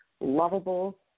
lovable